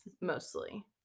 mostly